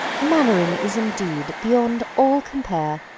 mainwaring is indeed, beyond all compare,